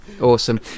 Awesome